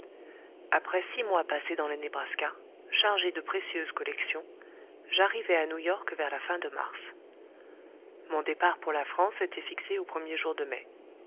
après six mois passés dans le nebraska chargé de précieuses collections j'arrivai à new york vers la fin de mars mon départ pour la france était fixé aux premiers jours de mai